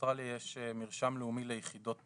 באוסטרליה יש מרשם לאומי ליחידות פליטה,